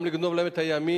גם לגנוב להם את הימים